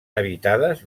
habitades